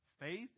Faith